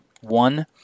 one